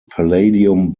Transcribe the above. palladium